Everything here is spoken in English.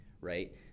right